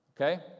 Okay